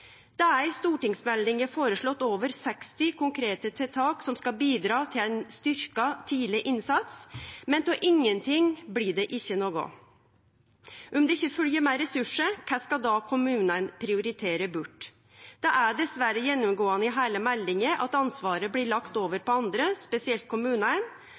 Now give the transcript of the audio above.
Det er i stortingsmeldinga føreslått over 60 konkrete tiltak som skal bidra til ein styrkt tidleg innsats, men ut av ingenting blir det ikkje noko. Om det ikkje følgjer med ressursar, kva skal då kommunane prioritere bort? Det er dessverre gjennomgåande i heile meldinga at ansvaret blir lagt over på andre, spesielt